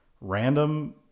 random